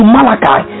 Malachi